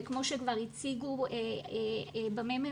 וכמו שכבר הציגו בממ"מ,